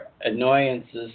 annoyances